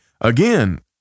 again